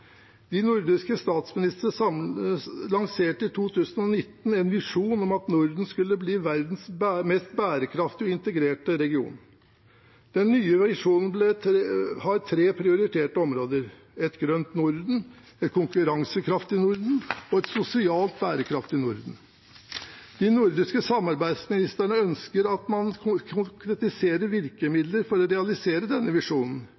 De nordiske statsministrene lanserte i 2019 en visjon om at Norden skulle bli verdens mest bærekraftige og integrerte region. Den nye visjonen har tre prioriterte områder: et grønt Norden, et konkurransekraftig Norden og et sosialt bærekraftig Norden. De nordiske samarbeidsministrene ønsker at man konkretiserer virkemidler for å realisere denne visjonen.